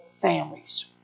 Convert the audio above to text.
families